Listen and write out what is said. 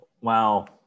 Wow